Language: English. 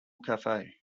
cafe